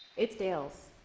it's tails.